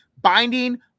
binding